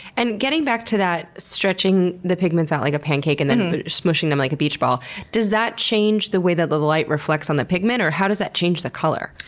and getting back to that stretching the pigments out like a pancake and then smooshing them like a beach ball does that change the way that the the light reflects on that pigment? or how does that change the color?